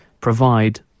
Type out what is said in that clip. provide